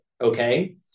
okay